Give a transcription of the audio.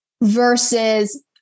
versus